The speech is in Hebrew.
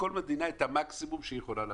כמו כל מדינה את המקסימום שהוא יכולה לעשות.